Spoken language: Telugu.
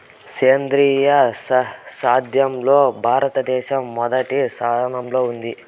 సేంద్రీయ సేద్యంలో భారతదేశం మొదటి స్థానంలో ఉంది